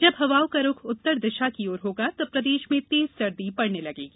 जब हवाओं का रूख उत्तर दिशा की ओर होगा तब प्रदेश में तेज सर्दी पड़ने लगेगी